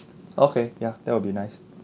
okay ya that will be nice